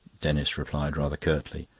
denis replied rather curtly.